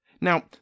Now